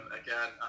again